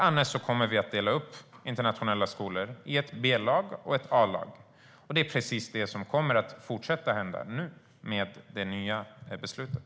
Annars kommer vi att dela upp internationella skolor i ett B-lag och ett A-lag, och det är precis vad som kommer att hända nu med det nya beslutet.